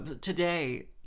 today